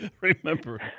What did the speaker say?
remember